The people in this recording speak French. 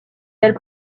belle